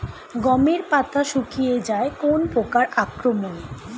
গমের পাতা শুকিয়ে যায় কোন পোকার আক্রমনে?